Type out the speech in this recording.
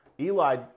Eli